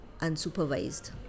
unsupervised